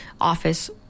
office